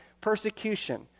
persecution